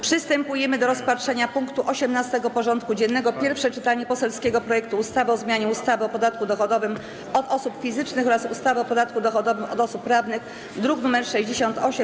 Przystępujemy do rozpatrzenia punktu 18. porządku dziennego: Pierwsze czytanie poselskiego projektu ustawy o zmianie ustawy o podatku dochodowym od osób fizycznych oraz ustawy o podatku dochodowym od osób prawnych (druk nr 68)